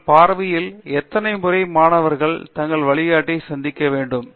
உங்கள் பார்வையில் எத்தனை முறை மாணவர்கள் தங்கள் வழிகாட்டியை சந்திக்க வேண்டும்